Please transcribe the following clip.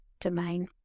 domain